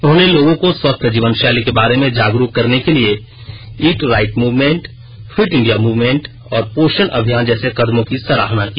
उन्होंने लोगों को स्वस्थ जीवन शैली के बारे में जागरूक करने के लिए eat right movement fit India movement और पोषण अभियान जैसे कदमों की सराहना की